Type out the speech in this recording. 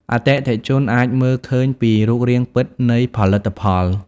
អតិថិជនអាចមើលឃើញពីរូបរាងពិតនៃផលិតផល។